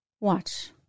Watch